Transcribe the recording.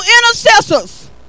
intercessors